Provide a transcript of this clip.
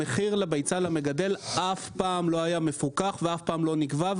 המחיר לביצה למגדל אף פעם לא היה מפוקח ואף פעם לא נקבע;